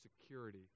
security